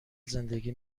زندگی